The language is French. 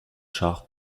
chars